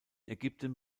ägypten